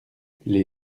les